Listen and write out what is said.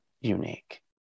unique